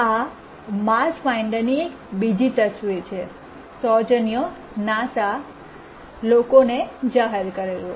આ માર્સ પાથ ફાઇન્ડરની એક બીજી તસવીર છે સૌજન્ય નાસાએ લોકોને જાહેર કરેલું